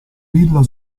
villa